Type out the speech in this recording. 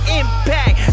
impact